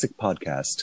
podcast